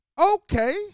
Okay